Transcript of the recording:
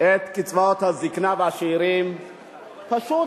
את קצבאות הזיקנה והשאירים פשוט